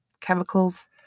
chemicals